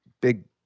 big